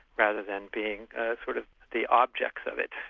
rather than being sort of the objects of it.